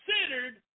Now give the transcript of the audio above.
considered